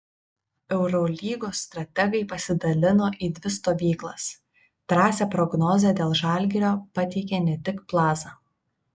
eurolygos strategai pasidalino į dvi stovyklas drąsią prognozę dėl žalgirio pateikė ne tik plaza